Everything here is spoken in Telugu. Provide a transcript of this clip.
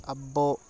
అబ్బో